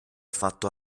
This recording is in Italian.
fatto